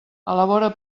elabora